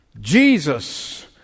Jesus